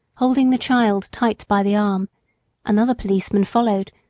holding the child tight by the arm another policeman followed,